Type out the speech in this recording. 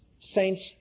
Saints